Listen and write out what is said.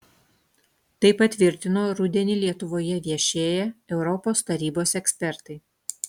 tai patvirtino rudenį lietuvoje viešėję europos tarybos ekspertai